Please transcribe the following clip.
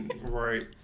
Right